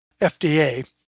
FDA